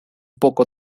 poco